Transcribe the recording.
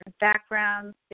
backgrounds